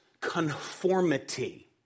conformity